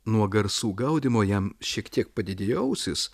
nuo garsų gaudymo jam šiek tiek padidėjo ausys